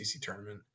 tournament